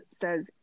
says